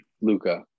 Luca